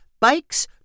bikes